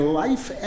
life